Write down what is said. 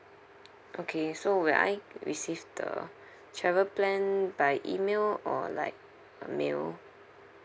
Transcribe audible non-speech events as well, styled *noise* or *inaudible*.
okay so will I receive the *breath* travel plan by email or like a mail